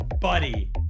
buddy